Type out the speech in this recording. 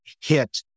hit